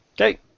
Okay